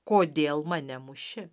kodėl mane muši